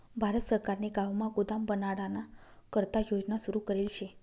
भारत सरकारने गावमा गोदाम बनाडाना करता योजना सुरू करेल शे